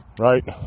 Right